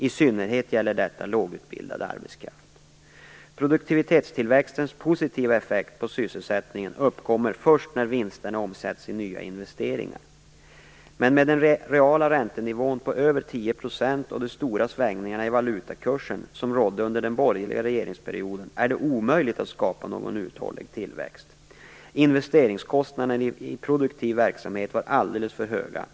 I synnerhet gäller detta lågutbildad arbetskraft. Produktivitetstillväxtens positiva effekt på sysselsättningen uppkommer först när vinsterna omsätts i nya investeringar. Men med den reala räntenivå på över 10 % och de stora svängningar i valutakursen som rådde under den borgerliga regeringsperioden är det omöjligt att skapa någon uthållig tillväxt. Investeringskostnaderna i produktiv verksamhet var alldeles för höga.